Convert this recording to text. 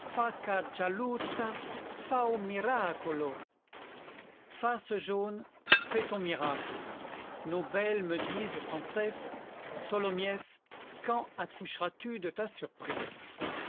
face jaune fais ton miracle nos belles me disent sans cesse tholomyès quand accoucheras tu de ta surprise